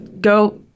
go